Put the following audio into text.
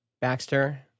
Baxter